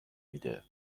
میده